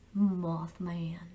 mothman